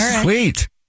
sweet